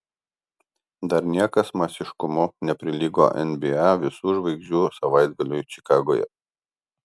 dar niekas masiškumu neprilygo nba visų žvaigždžių savaitgaliui čikagoje